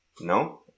no